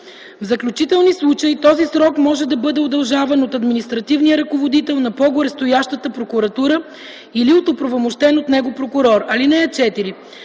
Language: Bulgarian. В изключителни случаи този срок може да бъде удължаван от административния ръководител на по-горестоящата прокуратура или от оправомощен от него прокурор. (4)